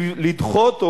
לדחות,